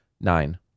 nine